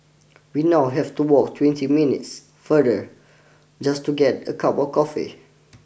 we now have to walk twenty minutes farther just to get a cup of coffee